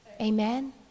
Amen